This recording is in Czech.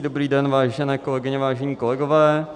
Dobrý den, vážené kolegyně, vážení kolegové.